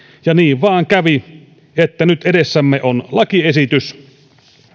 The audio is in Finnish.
ja niin vain kävi että nyt edessämme on lakiesitys